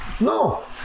No